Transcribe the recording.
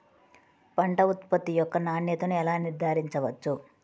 పంట ఉత్పత్తి యొక్క నాణ్యతను ఎలా నిర్ధారించవచ్చు?